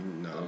No